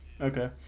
okay